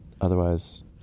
Otherwise